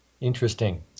Interesting